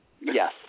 yes